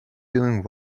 doing